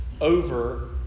over